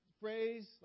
phrase